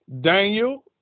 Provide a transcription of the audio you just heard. Daniel